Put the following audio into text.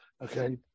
Okay